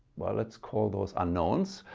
well let's call those unknowns,